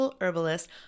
herbalist